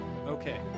okay